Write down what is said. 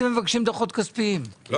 דוחות כספיים?